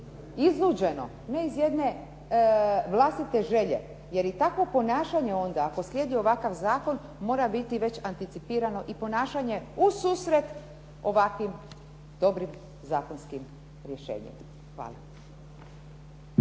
iznuđeno ne iz jedne vlastite želje. Jer i takvo ponašanje onda ako slijedi ovakav zakon mora biti već anticipirano i ponašanje u susret ovakvim dobrim zakonskim rješenjem. Hvala.